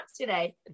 today